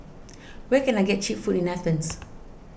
where can I get Cheap Food in Athens